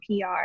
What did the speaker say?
PR